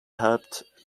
helped